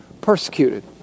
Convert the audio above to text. persecuted